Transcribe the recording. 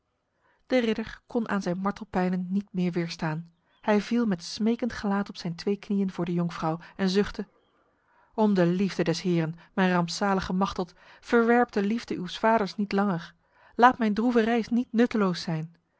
de ridder kon aan zijn martelpijnen niet meer weerstaan hij viel met smekend gelaat op zijn twee knieën voor de jonkvrouw en zuchtte om de liefde des heren mijn rampzalige machteld verwerp de liefde uws vaders niet langer laat mijn droeve reis niet nutteloos zijn